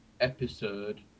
episode